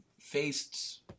faced